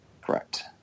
Correct